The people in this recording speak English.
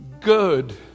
good